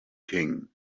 king